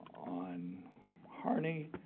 on harney,